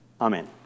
Amen